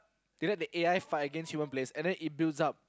they let the A_I fight against human players and then it builds up